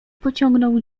pociągnął